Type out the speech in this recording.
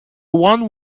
one